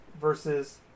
versus